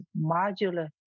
modular